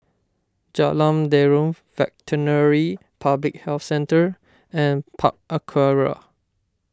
Jalan Derum Veterinary Public Health Centre and Park Aquaria